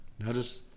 Notice